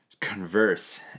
converse